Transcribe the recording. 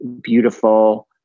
beautiful